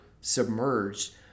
submerged